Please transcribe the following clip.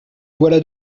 voilà